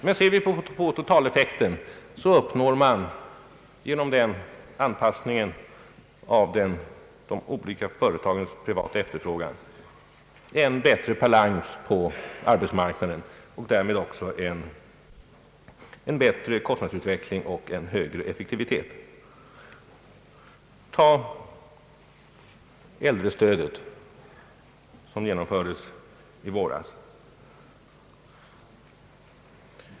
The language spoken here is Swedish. Men ser vi på totaleffekten finner vi att man genom den anpassningen av de olika företagens privata efterfrågan uppnår en bättre balans på arbetsmarknaden och därmed också en bättre kostnadsutveckling och en högre effektivitet. Ett annat exempel är äldrestödet, som genomfördes i våras.